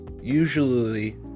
usually